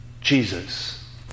Jesus